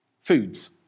foods